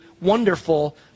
wonderful